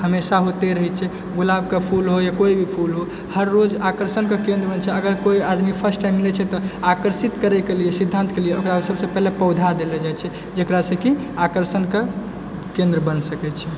हमेशा होते रहैछै गुलाब के फूल हो यऽ कोइ भी फूल हो हर रोज आकर्षण के केन्द्र मे छै अगर कोइ आदमी फर्स्ट टाइम मिले छै तऽ आकर्षित करय कऽ लियऽ सिद्धांत कऽ लियऽ ओकरा सबसे पहिले पौधा देल जाइ छे जेकरा से कि आकर्षण के केन्द्र बनि सकै छी